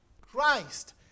Christ